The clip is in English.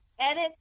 edit